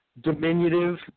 diminutive